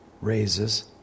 raises